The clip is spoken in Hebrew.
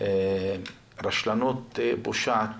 רשלנות פושעת